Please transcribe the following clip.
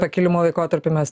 pakilimo laikotarpiu mes